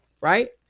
right